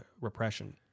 repression